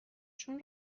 چون